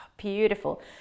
beautiful